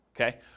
okay